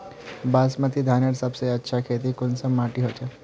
बासमती धानेर सबसे अच्छा खेती कुंसम माटी होचए?